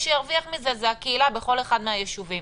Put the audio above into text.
שירוויח מזה זה הקהילה בכל אחד מן הישובים.